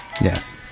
Yes